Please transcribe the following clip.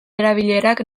erabilerak